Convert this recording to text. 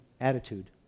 attitude